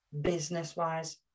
business-wise